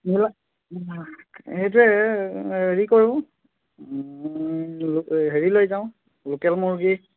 সেইটোৱে হেৰি কৰোঁ লো এই হেৰি লৈ যাওঁ লোকেল মুৰ্গী